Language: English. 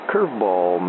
Curveball